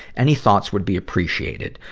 any thoughts would be appreciated.